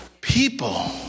People